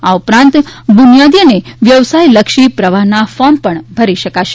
આ ઉપરાંત બુનિયાદી અને વ્યવસાય લક્ષી પ્રવાહના ફોર્મ પણ ભરાશે